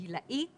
גילאית,